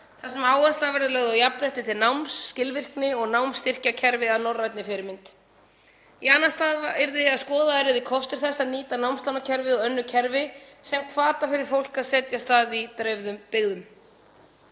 þar sem áhersla yrði lögð á jafnrétti til náms, skilvirkni og námsstyrkjakerfi að norrænni fyrirmynd. Í annan stað að skoðaðir yrðu kostir þess að nýta námslánakerfið og önnur kerfi sem hvata fyrir fólk til að setjast að í dreifðum byggðum.